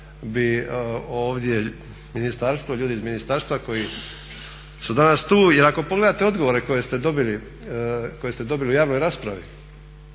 bi ovdje ministarstvo, ljudi iz ministarstva koji su danas tu. Jer ako pogledate odgovore koje ste dobili u javnoj raspravi